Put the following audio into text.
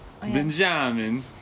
Benjamin